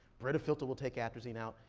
brita filter will take atrazine out,